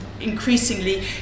increasingly